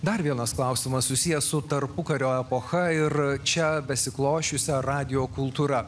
dar vienas klausimas susijęs su tarpukario epocha ir čia besiklosčiusia radijo kultūra